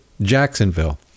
Jacksonville